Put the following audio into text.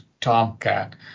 tomcat